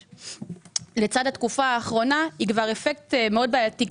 לצד התקופה האחרונה הוא אפקט מאוד בעייתי.